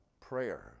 prayer